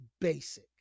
basic